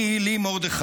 "אני, לי מרדכי,